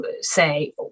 say